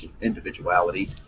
individuality